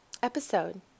episode